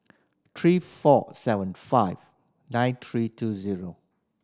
three four seven five nine three two zero